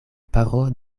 paro